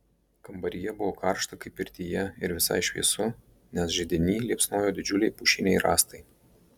kambaryje buvo karšta kaip pirtyje ir visai šviesu nes židiny liepsnojo didžiuliai pušiniai rąstai